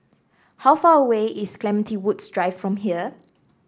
how far away is Clementi Woods Drive from here